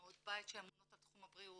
אימהות בית שאמונות על תחום הבריאות,